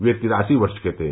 वह तिरासी वर्ष के थे